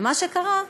ומה שקרה,